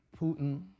Putin